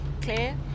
clear